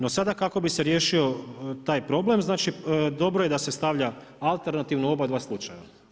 No sada kako bi se riješio taj problem, znači dobro je da se stavlja alternativno oba dva slučaja.